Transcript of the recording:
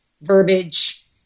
verbiage